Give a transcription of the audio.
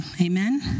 Amen